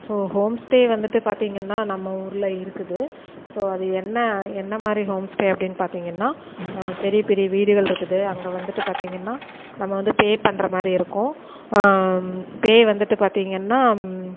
so home stay வந்துட்டு பார்த்திங்கனா நம்ம ஊரில் இருக்குது ஸோ அது என்ன என்ன மாதிரி ஹோம் ஸ்டே அப்படின் பார்த்திங்கனா பெரிய பெரிய வீடுகளிருக்குது அங்கே வந்துட்டு பார்த்திங்கனா நம்ம வந்து பே பண்ணுற மாதிரி இருக்குது பே வந்துட்டு பார்த்திங்கனா